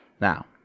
Now